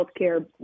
healthcare